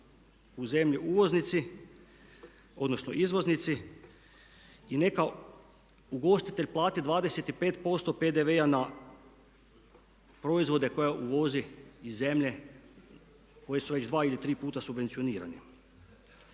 u zemlji uvoznici odnosno izvoznici i neka ugostitelj plati 25% PDV-a na proizvode koje uvozi iz zemlje koje su već dva ili tri puta subvencionirani.